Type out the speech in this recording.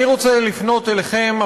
אני רוצה לפנות אליכם,